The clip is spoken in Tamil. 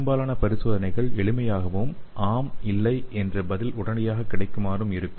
பெரும்பாலான பரிசோதனைகள் எளிமையாகவும் ஆம் இல்லை என்ற பதில் உடனடியாக கிடைக்குமாறும் இருக்கும்